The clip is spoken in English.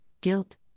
guilt